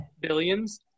billions